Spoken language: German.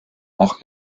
auch